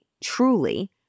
truly